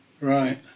Right